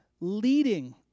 leading